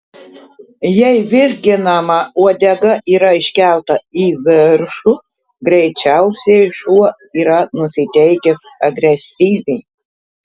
jei vizginama uodega yra iškelta į viršų greičiausiai šuo yra nusiteikęs agresyviai